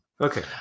Okay